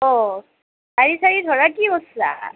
অ' গাড়ী চাড়ী ভাৰা কি কৰিছা